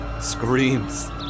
Screams